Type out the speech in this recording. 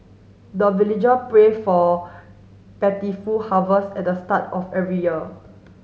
the villager pray for harvest at the start of every year